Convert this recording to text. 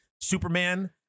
Superman